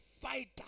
fighter